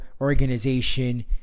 organization